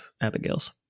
Abigail's